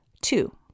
two